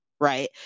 Right